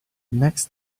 next